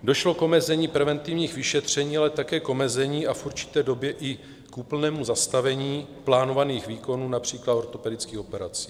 Došlo k omezení preventivních vyšetření, ale také k omezení a v určité době i k úplnému zastavení plánovaných výkonů, například ortopedických operací.